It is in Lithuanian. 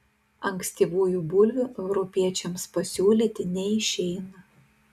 ankstyvųjų bulvių europiečiams pasiūlyti neišeina